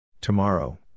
Tomorrow